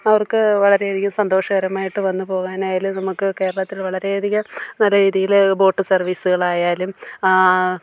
അവർക്ക് വളരെയധികം സന്തോഷകരമായിട്ട് വന്നു പോകാനായാലും നമുക്ക് കേരളത്തിൽ വളരെയധികം നല്ല രീതിയിൽ ബോട്ട് സർവ്വീസുകളായാലും